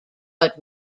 but